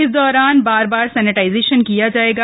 इस दौरान बार बार सैनेजाइजेशन किया जाएगा